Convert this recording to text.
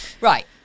right